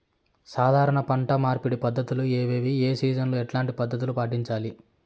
సాధారణ పంట మార్పిడి పద్ధతులు ఏవి? ఏ సీజన్ లో ఎట్లాంటి పద్ధతులు పాటించాలి?